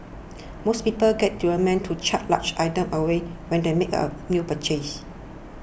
most people get deliverymen to cart large items away when they make a new purchase